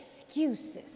excuses